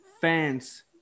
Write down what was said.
Fans